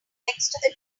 next